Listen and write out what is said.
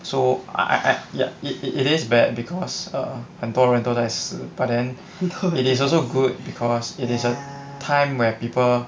so I I I ya it it is bad because err 很多人都在死 but then is also good because it is a time where people